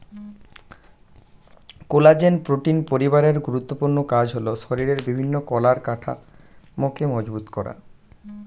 collagen protein পরিবারের গুরুত্বপূর্ণ কাজ হলো শরীরের বিভিন্ন কলার কাঠামোকে মজবুত করা